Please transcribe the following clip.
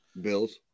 Bills